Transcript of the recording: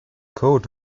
coat